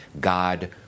God